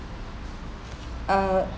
uh